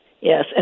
yes